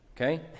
okay